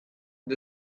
the